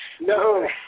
No